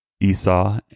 Esau